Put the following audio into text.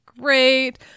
great